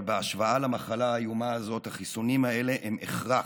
אבל בהשוואה למחלה האיומה הזאת החיסונים האלה הם הכרח,